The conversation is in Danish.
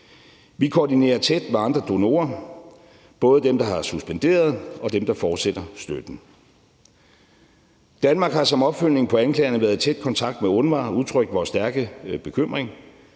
Vi koordinerer tæt med andre donorer, både dem, der har suspenderet, og dem, der fortsætter støtten. Danmark har som opfølgning på anklagerne været i tæt kontakt med UNRWA og udtrykt vores stærke bekymring.